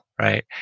right